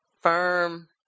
Firm